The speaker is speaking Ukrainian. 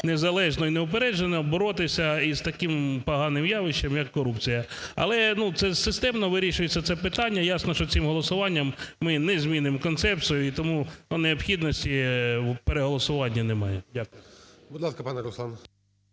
незалежно і неупереджено боротися із таким поганим явищем, як корупція. Але, ну, це системно вирішується це питання, ясно, що цим голосуванням ми не змінимо концепцію, і тому в необхідності переголосування немає. Дякую.